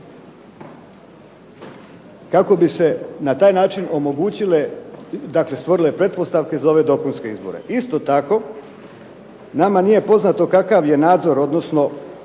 kako bi se na taj način omogućile, dakle stvorile pretpostavke za ove dopunske izbore. Isto tako, nama nije poznato kakav je nadzor, odnosno